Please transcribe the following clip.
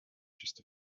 just